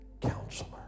Counselor